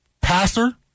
passer